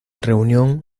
reunión